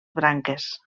branques